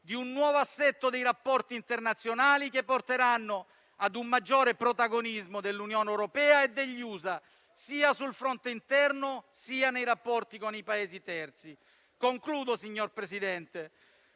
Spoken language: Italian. di un nuovo assetto dei rapporti internazionali, che porteranno ad un maggiore protagonismo dell'Unione europea e degli Stati Uniti d'America, sia sul fronte interno, sia nei rapporti con i Paesi terzi. Concludo, signor Presidente.